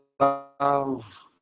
love